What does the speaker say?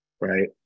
right